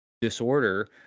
disorder